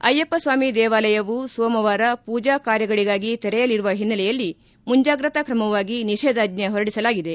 ಅಯ್ಟಪ್ಪಸ್ವಾಮಿ ದೇವಾಲಯವು ಸೋಮವಾರ ಪೂಜಾ ಕಾರ್ಯಗಳಿಗಾಗಿ ತೆರೆಯಲಿರುವ ಹಿನ್ನೆಲೆಯಲ್ಲಿ ಮುಂಜಾಗ್ರತಾ ಕ್ರಮವಾಗಿ ನಿಷೇಧಾಜ್ಞೆ ಹೊರಡಿಸಲಾಗಿದೆ